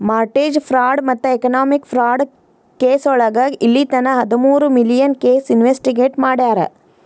mortgage fraud ಮತ್ತ economic fraud ಕೆಸೋಳಗ ಇಲ್ಲಿತನ ಹದಮೂರು ಮಿಲಿಯನ್ ಕೇಸ್ ಇನ್ವೆಸ್ಟಿಗೇಟ್ ಮಾಡ್ಯಾರ